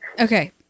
Okay